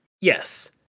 Yes